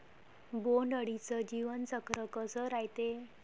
बोंड अळीचं जीवनचक्र कस रायते?